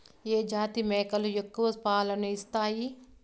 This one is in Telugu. ఏ జాతి మేకలు ఎక్కువ పాలను ఇస్తాయి?